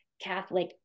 Catholic